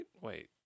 Wait